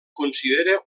considera